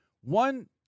One